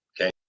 okay